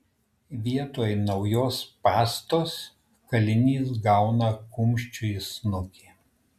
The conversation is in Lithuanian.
vietoj naujos pastos kalinys gauna kumščiu į snukį